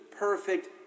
Perfect